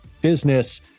business